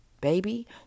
baby